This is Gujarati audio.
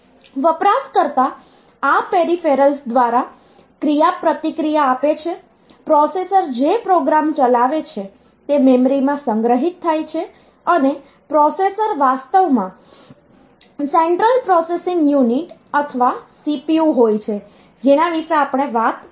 વપરાશકર્તા આ પેરિફેરલ્સ દ્વારા ક્રિયાપ્રતિક્રિયા આપે છે પ્રોસેસર જે પ્રોગ્રામ ચલાવે છે તે મેમરીમાં સંગ્રહિત થાય છે અને પ્રોસેસર વાસ્તવમાં સેન્ટ્રલ પ્રોસેસિંગ યુનિટ અથવા CPU હોય છે જેના વિશે આપણે વાત કરી છે